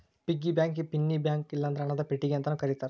piggy ಬ್ಯಾಂಕಿಗಿ ಪಿನ್ನಿ bank ಇಲ್ಲಂದ್ರ ಹಣದ ಪೆಟ್ಟಿಗಿ ಅಂತಾನೂ ಕರೇತಾರ